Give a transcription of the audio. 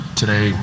today